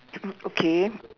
mm okay